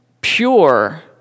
pure